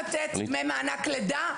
לתת את זה כדמי מענק לידה,